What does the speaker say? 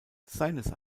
seines